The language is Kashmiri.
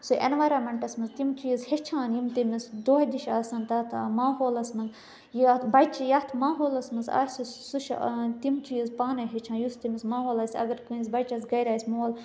سُہ ایٚنوارَمنٹَس مَنٛز تِم چیٖز ہیٚچھان یِم تٔمِس دۄہ دِش آسان تَتھ ماحولَس مَنٛز یَتھ بَچہِ یَتھ ماحولَس مَنٛز آسہِ سُہ چھُ تِم چیٖز پانَے ہیٚچھان یُس تٔمِس ماحول آسہِ اَگر کٲنٛسہِ بَچَس گَرِ آسہِ مول